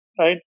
right